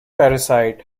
parasite